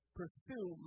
pursue